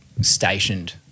stationed